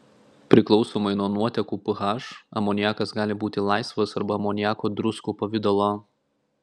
priklausomai nuo nuotekų ph amoniakas gali būti laisvas arba amoniako druskų pavidalo